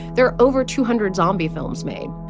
there are over two hundred zombie films made.